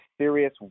serious